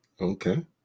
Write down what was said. Okay